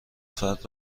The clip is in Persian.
فرد